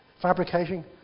fabricating